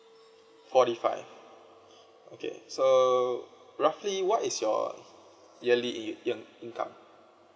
forty five okay so roughly what is your yearly year income